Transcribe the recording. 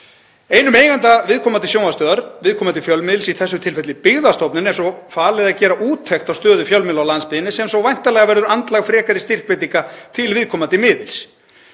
Einum eiganda, viðkomandi sjónvarpsstöðvar, viðkomandi fjölmiðils, í þessu tilfelli Byggðastofnun, er svo falið að gera úttekt á stöðu fjölmiðla á landsbyggðinni sem verður svo væntanlega andlag frekari styrkveitinga til viðkomandi miðils.